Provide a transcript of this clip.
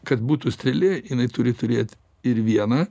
kad būtų strėlė jinai turi turėt ir vieną